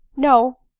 no,